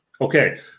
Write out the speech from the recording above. Okay